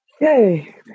Yay